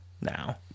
Now